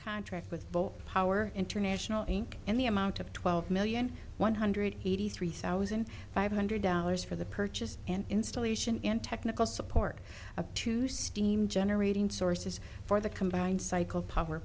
contract with full power international inc and the amount of twelve million one hundred eighty three thousand five hundred dollars for the purchase and installation and technical support of two steam generating sources for the combined cycle power